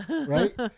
right